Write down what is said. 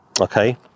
Okay